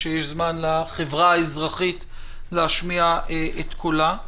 שיש זמן לחברה האזרחית להשמיע את קולה.